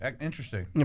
Interesting